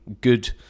good